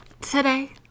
today